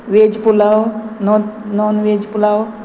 veg pulao non non veg pulao